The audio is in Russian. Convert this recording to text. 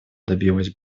добилась